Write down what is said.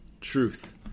Truth